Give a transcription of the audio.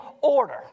order